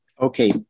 Okay